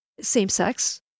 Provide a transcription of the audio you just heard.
same-sex